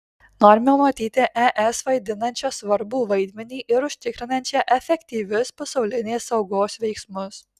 norime matyti es vaidinančią svarbų vaidmenį ir užtikrinančią efektyvius pasaulinės saugos veiksmus